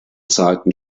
zahlten